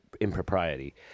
impropriety